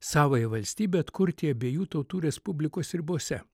savąją valstybę atkurti abiejų tautų respublikos ribose